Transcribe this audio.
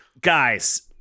guys